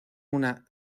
una